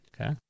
Okay